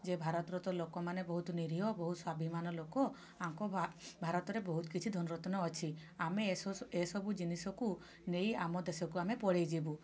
ଯେ ଭାରତର ତ ଲୋକମାନେ ବହୁତ ନିରୀହ ବହୁତ ସ୍ୱାଭିମାନ ଲୋକ ଆଙ୍କ ଭାରତରେ ବହୁତ କିଛି ଧନ ରତ୍ନ ଅଛି ଆମେ ଏସବୁ ଏସବୁ ଜିନିଷକୁ ନେଇ ଆମ ଦେଶକୁ ଆମେ ପଳେଇଯିବୁ